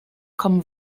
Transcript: kommen